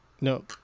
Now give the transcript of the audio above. No